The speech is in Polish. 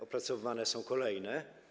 Opracowywane są kolejne.